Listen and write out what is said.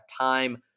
time